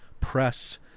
press